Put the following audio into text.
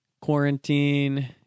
Quarantine